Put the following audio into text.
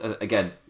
again